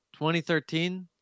2013